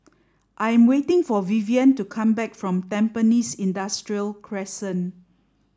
I'm waiting for Vivienne to come back from Tampines Industrial Crescent